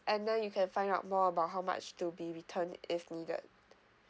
and then you can find out more about how much to be returned if needed